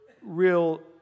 real